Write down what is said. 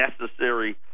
necessary